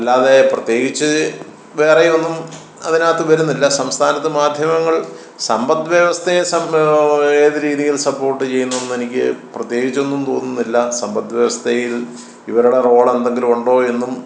അല്ലാതെ പ്രത്യേകിച്ച് വേറെയൊന്നും അതിനകത്ത് വരുന്നില്ല സംസ്ഥാനത്ത് മാധ്യമങ്ങൾ സമ്പദ്വ്യവസ്ഥയെ ഏത് രീതിയിൽ സപ്പോർട്ട് ചെയ്യുന്നൂന്നെനിക്ക് പ്രത്യേകിച്ചൊന്നും തോന്നുന്നില്ല സമ്പദ്വ്യവസ്ഥയിൽ ഇവരുടെ റോളെന്തെങ്കിലും ഉണ്ടോ എന്നും